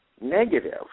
negative